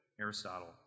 Aristotle